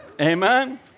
Amen